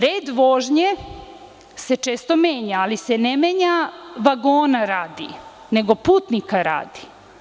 Red vožnje se često menja, ali se ne menja vagona radi, nego putnika radi.